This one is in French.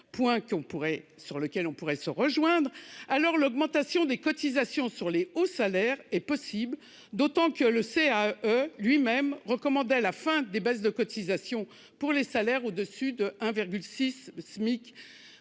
pourrait sur lequel on pourrait se rejoindre. Alors l'augmentation des cotisations sur les hauts salaires est possible, d'autant que le c'est à lui-même recommandait la fin des baisses de cotisations pour les salaires au-dessus de 1,6 SMIC